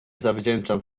zawdzięczam